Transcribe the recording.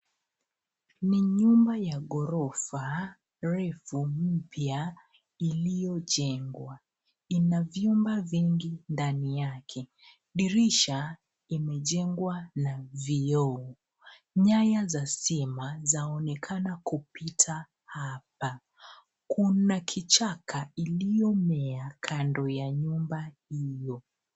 Nyumba ya ghorofa refu mpya iliyojengwa ina vyumba vingi ndani yake. Dirisha imejengwa na vioo . Nyaya za stima zaonekana kupita hapa. Kuna kichaka iliyomea kando ya nyumba hiyo.